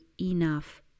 enough